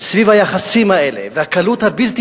סביב היחסים האלה, והקלות הבלתי